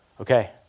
Okay